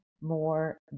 more